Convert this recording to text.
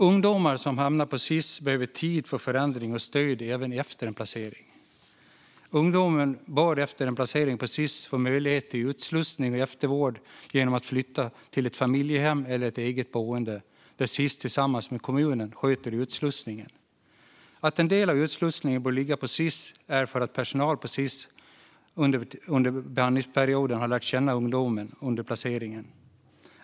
Ungdomar som hamnat på Sis-hem behöver tid för förändring och stöd även efter en placering. Ungdomen bör efter en placering på Sis-hem få möjlighet till utslussning och eftervård genom att flytta till ett familjehem eller ett eget boende där Sis tillsammans med kommunen sköter utslussningen. Att en del av utslussningen bör ligga på Sis är för att personal på Sis-hemmet har lärt känna ungdomen under behandlingsperioden.